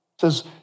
says